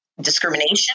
discrimination